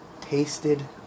tasted